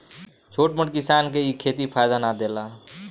छोट मोट किसान के इ खेती फायदा ना देला